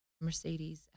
Mercedes